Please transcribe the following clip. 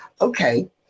Okay